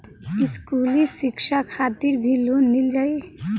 इस्कुली शिक्षा खातिर भी लोन मिल जाई?